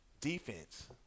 defense